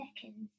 seconds